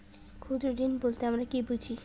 ক্ষুদ্র ঋণ বলতে আমরা কি বুঝি?